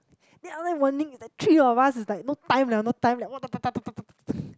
then after that Wan-Ning and the three of us is like no time liao no time liao what da da da da da